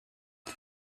the